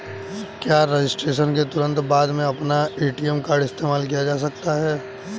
क्या रजिस्ट्रेशन के तुरंत बाद में अपना ए.टी.एम कार्ड इस्तेमाल किया जा सकता है?